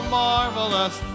marvelous